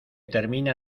termina